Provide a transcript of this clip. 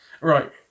Right